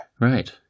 Right